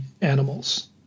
animals